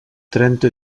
trenta